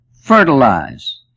fertilize